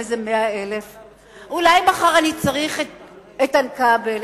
איזה 100,000. אולי מחר איתן כבל יצטרך,